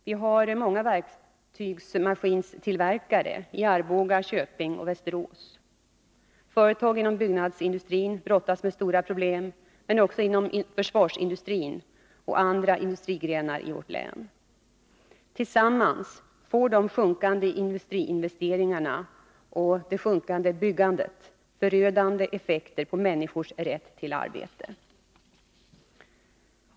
Vi har många verktygsmaskinstillverkare i Arboga, Köping och Västerås. Företag inom byggnadsindustrin brottas med stora problem, men det gäller också inom försvarsindustrin och andra sektorer av samhället. Tillsammans får de minskande industriinvesteringarna och det minskande byggandet förödande effekter på människors rätt till arbete.